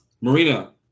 Marina